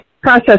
process